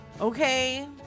okay